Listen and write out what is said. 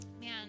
Man